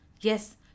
Yes